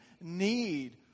need